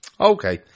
Okay